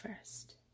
first